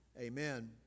Amen